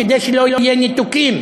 כדי שלא יהיו ניתוקים.